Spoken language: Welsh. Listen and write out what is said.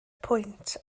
pwynt